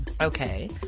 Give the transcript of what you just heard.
Okay